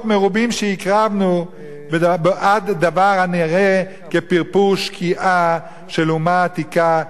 מרובים שהקרבנו בעד דבר הנראה כפרפורי שקיעה של אומה עתיקה,